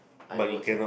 I would